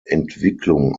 entwicklung